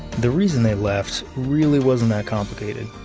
the reason they left really wasn't that complicated.